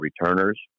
returners